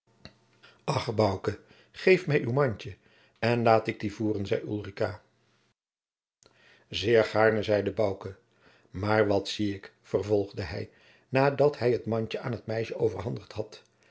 bouke geef mij uw mandje en laat ik die voeren zeide ulrica zeer gaarne zeide bouke maar wat zie ik vervolgde hij nadat hij het mandje aan het meisje overhandigd had